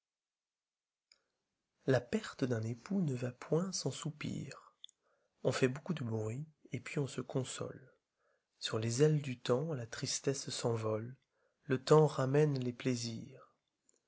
jja perte d'un époux ne va point sans soupirs on fait beaucoup de bruit et puis on se console sur les ailes du temps la tristesse s'envole j le temps ramène les plaisirs